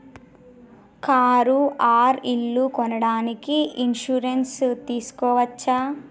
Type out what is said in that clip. Car or ఇల్లు కొనడానికి insurance తీస్కోవచ్చా?